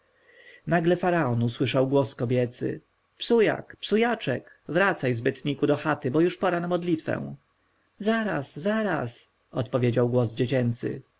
faraon usłyszał głos kobiecy psujak psujaczek wracaj zbytniku do chaty bo już pora na modlitwę zaraz zaraz odpowiedział głos dziecięcy